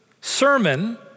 sermon